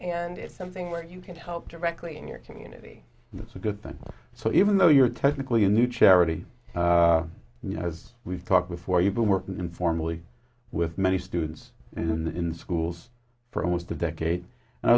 and it's something where you can help directly in your community that's a good thing so even though you're technically a new charity you know as we've talked before you've been working informally with many students in schools for almost a decade